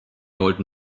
old